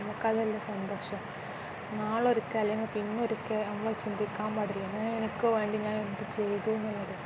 നമുക്കതല്ല സന്തോഷം നാളൊരിക്കൽ അല്ലെങ്കിൽ പിന്നൊരിക്കൽ നമ്മൾ ചിന്തിക്കാൻ പാടില്ല എനിക്ക് വേണ്ടി ഞാൻ എന്തു ചെയ്തുവെന്നുള്ളത്